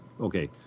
okay